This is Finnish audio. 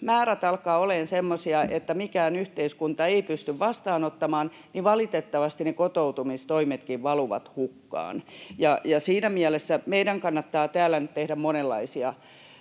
määrät alkavat olemaan semmoisia, että mikään yhteiskunta ei pysty vastaanottamaan, niin valitettavasti ne kotoutumistoimetkin valuvat hukkaan. Siinä mielessä meidän kannattaa täällä nyt tehdä monenlaisia